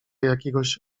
jakiegoś